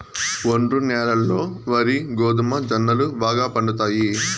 ఒండ్రు న్యాలల్లో వరి, గోధుమ, జొన్నలు బాగా పండుతాయి